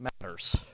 matters